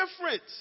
different